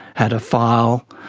had a file,